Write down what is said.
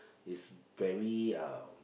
is very um